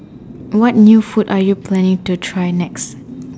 what new food are you planning to try next